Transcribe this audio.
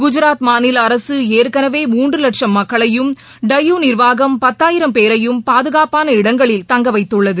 குஜராத் மாநிலஅரசுஏற்களவே மூன்றுலட்சம் மக்களையும் எடயூ நிர்வாகம் பத்தாயிரம் பேரையும் பாதுகாப்பான இடங்களில் தங்கவைத்துள்ளது